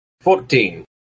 Fourteen